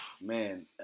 Man